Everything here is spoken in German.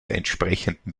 entsprechenden